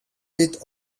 with